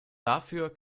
dafür